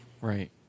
Right